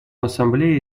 ассамблее